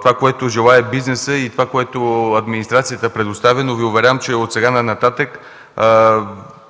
това, което желае бизнеса и това, което администрацията предоставя, но Ви уверявам, че от сега нататък